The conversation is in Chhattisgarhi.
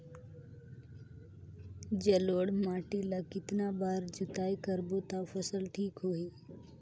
जलोढ़ माटी ला कतना बार जुताई करबो ता फसल ठीक होती?